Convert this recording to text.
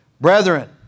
Brethren